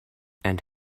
and